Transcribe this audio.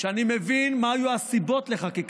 שאני מבין מה היו הסיבות לחקיקתו,